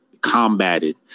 combated